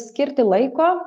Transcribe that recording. skirti laiko